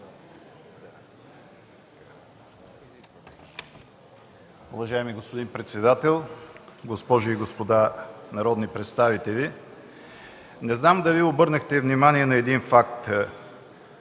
Уважаеми господин председател, госпожи и господа народни представители! Не знам дали обърнахте внимание на един факт